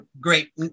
great